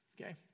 Okay